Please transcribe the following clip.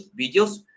videos